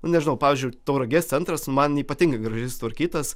nu nežinau pavyzdžiui tauragės centras man ypatingai gražiai sutvarkytas